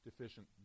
deficient